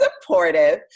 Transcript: supportive